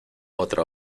otra